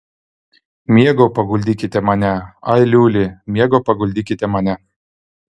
miego paguldykite mane ai liuli miego paguldykite mane